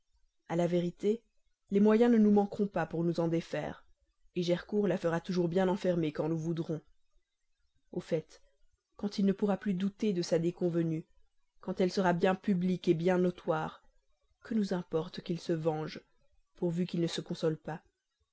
a la vérité les moyens ne nous manqueront pas pour nous en défaire gercourt la fera toujours bien enfermer quand nous voudrons au fait quand il ne pourra plus douter de sa déconvenue quand elle sera bien publique bien notoire que nous importe qu'il se venge pourvu qu'il ne se console pas